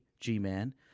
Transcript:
G-Man